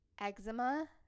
eczema